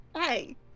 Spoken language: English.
Hey